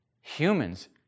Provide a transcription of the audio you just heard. humans